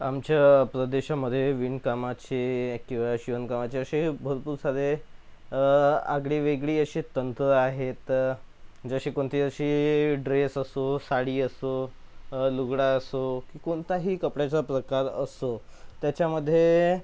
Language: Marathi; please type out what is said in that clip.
आमच्या प्रदेशामध्ये विणकामाचे किंवा शिवणकामाचे असे भरपूर सारे आगळी वेगळी अशी तंत्रं आहेत जसे कोणती अशी ड्रेस असो साडी असो लुगडं असो की कोणताही कपड्याचा प्रकार असो त्याच्यामध्ये